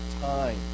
time